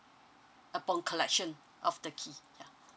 upon collection of the key ya